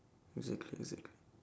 exactly exactly